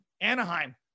Anaheim